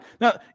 Now